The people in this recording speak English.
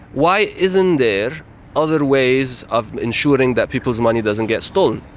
why isn't there other ways of ensuring that people's money doesn't get stolen?